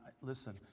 listen